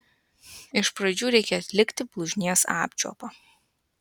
iš pradžių reikia atlikti blužnies apčiuopą